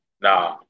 Nah